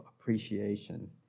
appreciation